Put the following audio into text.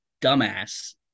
dumbass